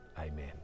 Amen